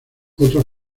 otros